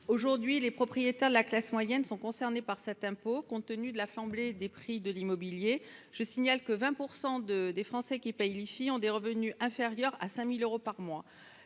d'euros. Les propriétaires appartenant à la classe moyenne sont concernés par cet impôt, compte tenu de la flambée des prix immobiliers. En effet, 20 % des Français qui paient l'IFI ont des revenus inférieurs à 5 000 euros par mois.